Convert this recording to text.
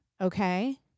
Okay